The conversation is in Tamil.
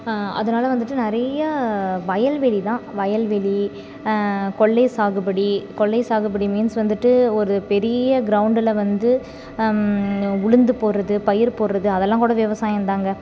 அதனால் வந்துட்டு நிறைய வயல்வெளி தான் வயல்வெளி கொல்லை சாகுபடி கொல்லை சாகுபடி மீன்ஸ் வந்துட்டு ஒரு பெரிய க்ரௌண்டில் வந்து உளுந்து போடுறது பயிர் போடுறது அதெல்லாம் கூட விவசாயம்தாங்க